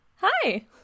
hi